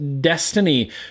Destiny